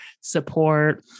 support